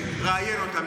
לראיין אותם,